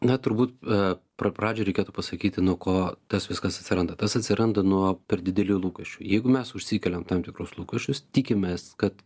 na turbūt pra pradžioj reikėtų pasakyti nuo ko tas viskas atsiranda tas atsiranda nuo per didelių lūkesčių jeigu mes užsikeliam tam tikrus lūkesčius tikimės kad